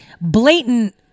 blatant